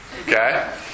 Okay